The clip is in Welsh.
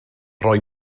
roi